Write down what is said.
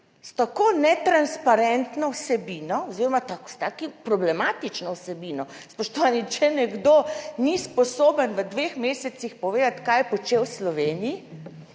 s tako netransparentno vsebino oziroma s tako problematično vsebino." Spoštovani, če nekdo ni sposoben v dveh mesecih povedati kaj je počel v Sloveniji,